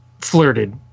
flirted